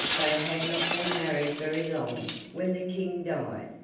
they had not been married very long when the king died,